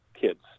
kids